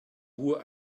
who